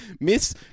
Miss